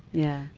yeah.